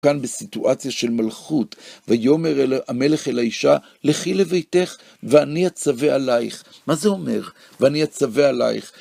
כאן בסיטואציה של מלכות, ויאמר המלך אל האישה, לכי לביתך, ואני אצווה עלייך. מה זה אומר, ואני אצווה עלייך?